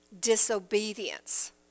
disobedience